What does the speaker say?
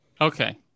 Okay